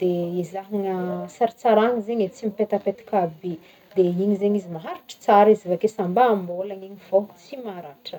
de ezahigna sarisarahigny zegny tsy mipetapetaka be de igny zegny izy maharitry tsara izy avy ake sa mba ambolagna igny fô tsy maratra.